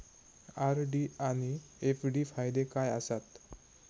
RD आनि FD फायदे काय आसात?